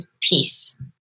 peace